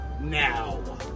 now